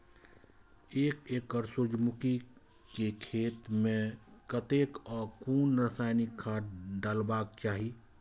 एक एकड़ सूर्यमुखी केय खेत मेय कतेक आ कुन रासायनिक खाद डलबाक चाहि?